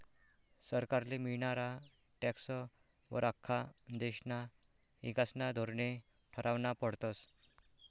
सरकारले मियनारा टॅक्सं वर आख्खा देशना ईकासना धोरने ठरावना पडतस